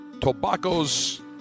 tobaccos